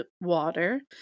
water